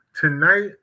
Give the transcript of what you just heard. tonight